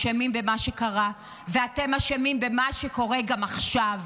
אתם אשמים במה שקרה ואתם אשמים במה שקורה גם עכשיו.